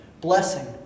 blessing